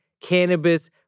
cannabis